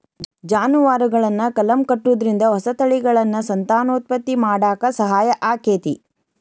ಜಾನುವಾರುಗಳನ್ನ ಕಲಂ ಕಟ್ಟುದ್ರಿಂದ ಹೊಸ ತಳಿಗಳನ್ನ ಸಂತಾನೋತ್ಪತ್ತಿ ಮಾಡಾಕ ಸಹಾಯ ಆಕ್ಕೆತಿ